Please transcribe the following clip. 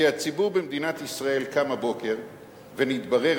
כי הציבור במדינת ישראל קם הבוקר ונתברר